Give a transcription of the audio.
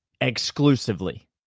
exclusively